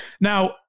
Now